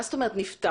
מה זאת אומרת נפתח?